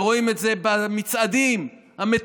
ורואים את זה במצעדים המתועבים,